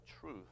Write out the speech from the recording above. truth